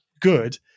good